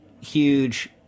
huge